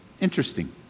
Interesting